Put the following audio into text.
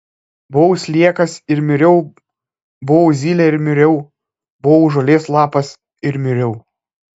buvau sliekas ir miriau buvau zylė ir miriau buvau žolės lapas ir miriau